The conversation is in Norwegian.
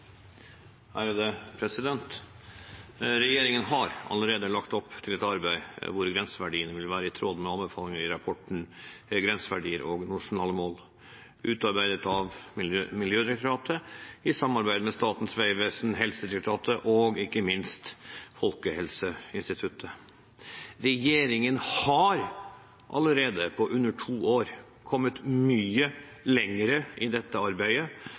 og nasjonale mål, utarbeidet av Miljødirektoratet i samarbeid med Vegdirektoratet, Helsedirektoratet og ikke minst Folkehelseinstituttet. Regjeringen har allerede på under to år kommet mye lenger i dette arbeidet